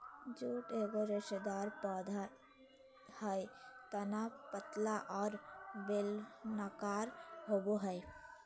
jute एगो रेशेदार पौधा हइ तना पतला और बेलनाकार होबो हइ